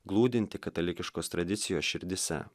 glūdintį katalikiškos tradicijos širdyse